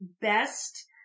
best